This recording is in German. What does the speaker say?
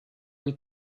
die